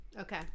Okay